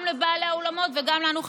גם לבעלי האולמות וגם לנו,